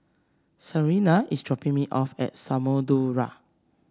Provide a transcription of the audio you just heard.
Serena is dropping me off at Samudera